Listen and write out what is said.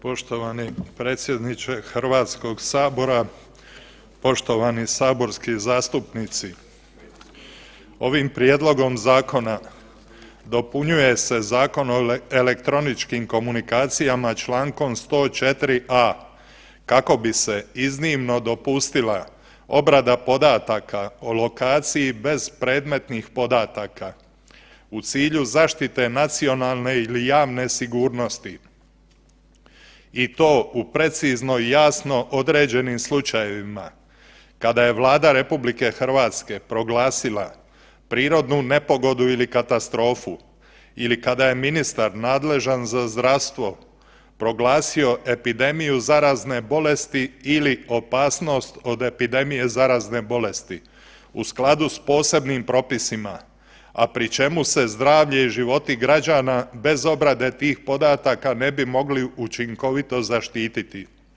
Poštovani predsjedniče Hrvatskog sabora, poštovani saborski zastupnici, ovim prijedlogom zakona dopunjuje se Zakon o elektroničkim komunikacijama člankom 104a. kako bi se iznimno dopustila obrada podataka po lokaciji bez predmetnih podataka u cilju zaštite nacionalne ili javne sigurnosti i to u precizno i jasno određenim slučajevima kada je Vlada RH proglasila prirodnu nepogodu ili katastrofu ili kada je ministar nadležan za zdravstvo proglasio epidemiju zarazne bolesti ili opasnost od epidemije zarazne bolesti u skladu s posebnim propisima, a pri čemu se zdravlje i životi građani bez obrade tih podataka ne bi mogli učinkovito zaštititi.